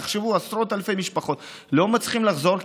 תחשבו, עשרות אלפי משפחות לא מצליחות לחזור.